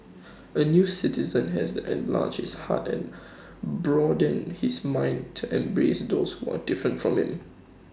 A new citizen has to enlarge his heart and broaden his mind to embrace those who are different from him